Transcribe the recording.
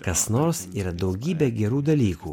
kas nors yra daugybė gerų dalykų